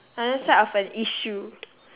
another side of an issue